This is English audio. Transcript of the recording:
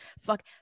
fuck